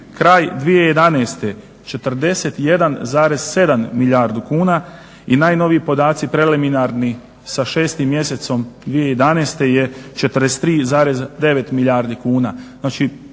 kraj 2011. 41,7 milijardi kuna i najnoviji podaci preliminarni sa 6. mjesecom 2012. je 43,9 milijardi kuna.